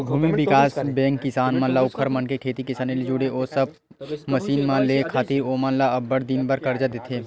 भूमि बिकास बेंक किसान मन ला ओखर मन के खेती किसानी ले जुड़े ओ सब मसीन मन ल लेय खातिर ओमन ल अब्बड़ दिन बर करजा देथे